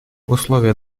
условия